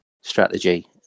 strategy